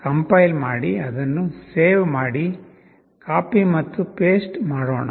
compile ಮಾಡಿ ಅದನ್ನು save ಮಾಡಿ ಕಾಪಿ ಮತ್ತು ಪೇಸ್ಟ್ ಮಾಡೋಣ